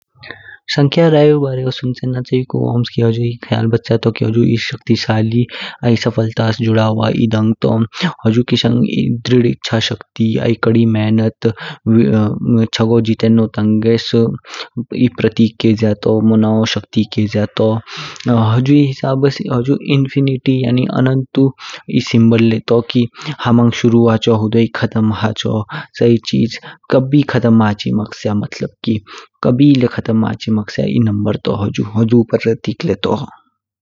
संख्या रयु बारयो सुँचेन चियकु ओम्‍सकी हुझुई ख्याल बच्या तो कि हुझु एध शक्तिशाली आइ सफलतास जुड़ा हुआ एध अंक तो। हुझु किशांग एह दृढ़ इचाशक्ति आइ कड़ी मेहनत आइ चगो जीतन्नो तांगेस एह प्रतीक केज्या तो मोनाओ शक्ती केज्या तो। हुजी हिसाब्स हुझु इन्फिनिटी यानी अनन्त ऊ एह सिम्बोल ले तो कि हमंग शुरू हाचो हुछुई खत्म हाचो। चयई चिज्ज कभी खत्म मचैमक्स्य कभी ले क्ज्ताम माँ हाचिम्क्स्य एह नंबर ले तो हुझु ले प्रतीक तो।